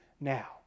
now